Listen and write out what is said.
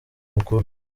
mukuru